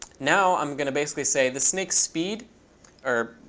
now, i'm going to basically say the snake speed or,